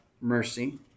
mercy